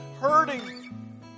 hurting